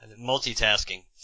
multitasking